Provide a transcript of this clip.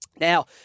Now